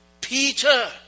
Peter